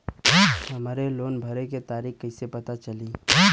हमरे लोन भरे के तारीख कईसे पता चली?